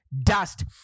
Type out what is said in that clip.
dust